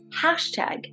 hashtag